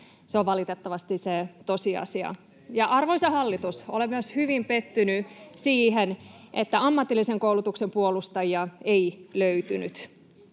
leikkaa koulutuksesta?] Ja arvoisa hallitus, olen myös hyvin pettynyt siihen, että ammatillisen koulutuksen puolustajia ei löytynyt.